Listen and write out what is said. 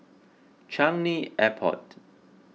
Changi Airport